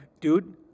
Dude